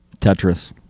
Tetris